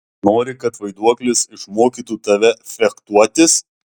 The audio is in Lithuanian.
nori kad vaiduoklis išmokytų tave fechtuotis